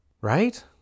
Right